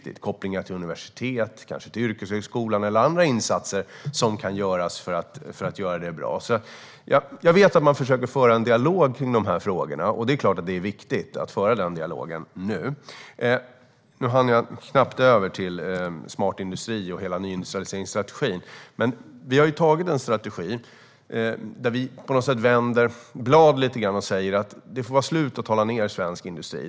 Det gäller kopplingar till universitet och kanske till yrkeshögskolan eller andra insatser som kan göras för att göra det bra. Jag vet att man försöker att föra en dialog om de frågorna. Det är klart att det är viktigt att föra den dialogen nu. Nu hinner jag knappt gå över till smart industri och hela nyindustrialiseringsstrategin. Vi har antagit en strategi där vi på något sätt lite grann vänder blad. Det får vara slut med att tala ned svensk industri.